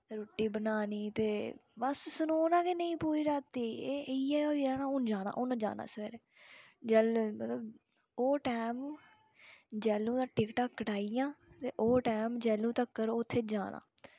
रुट्टी बनानी ते बस्स सनोना गै निं पूरी रातीं इ'यै होई जाना हून जाना सवेरे जैह्ल्लू मतलब ओह् टैम जैह्ल्लूं दा टिकटां कटाइयां ते ओह् टैम जैह्ल्लुं तक्कर जाना